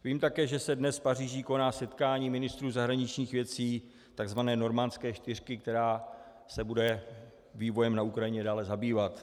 Vím také, že se dnes v Paříži koná setkání ministrů zahraničních věcí tzv. normandské čtyřky, která se bude vývojem na Ukrajině dále zabývat.